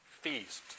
feast